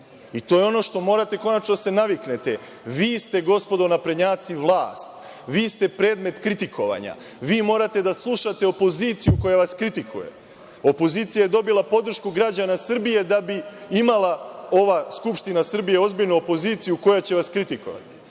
je ono na šta morate konačno da se naviknete. Vi ste gospodo naprednjaci vlast. Vi ste predmet kritikovanja. Vi morate da slušate opoziciju koja vas kritikuje. Opozicija je dobila podršku građana Srbije da bi imala ova Skupština Srbije ozbiljnu opoziciju koja će vas kritikovati